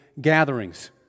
gatherings